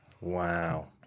Wow